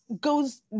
goes